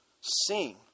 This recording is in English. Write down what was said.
sing